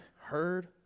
heard